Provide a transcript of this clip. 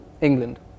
England